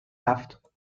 رفت